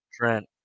Trent